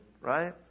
right